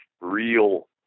real